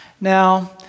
now